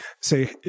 say